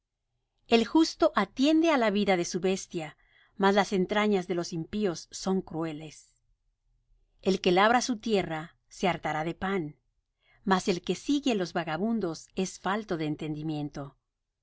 el justo atiende á la vida de su bestia mas las entrañas de los impíos son crueles el que labra su tierra se hartará de pan mas el que sigue los vagabundos es falto de entendimiento